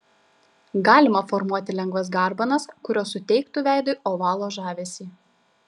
galima formuoti lengvas garbanas kurios suteiktų veidui ovalo žavesį